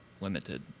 limited